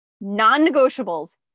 non-negotiables